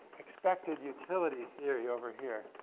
expected utility theory over here.